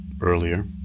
earlier